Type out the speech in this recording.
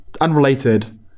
unrelated